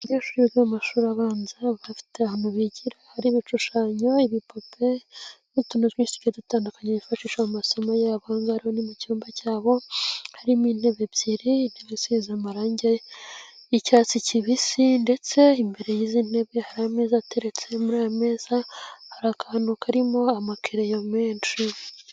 Abanyeshuri biga mu amashuri abanza bakaba bafite ahantu bigira hari ibishushanyo, ibipupe, n'utuntu twinshi tugiye dutandukanye bifashisha mu masomo yabo. Ahangaha ni mu cyumba cyabo harimo intebe ebyiri, intebe isize amarangi y'icyatsi kibisi ndetse imbere y'izi ntebe hari ameza ateretse, muri aya meza hari akantu karimo amakereyo menshi.